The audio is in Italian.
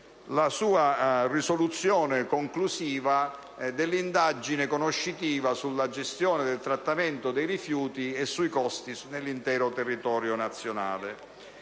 la sua risoluzione conclusiva relativa all'indagine conoscitiva sulla gestione del trattamento dei rifiuti e sui costi nell'intero territorio nazionale.